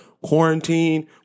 quarantine